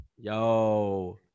Yo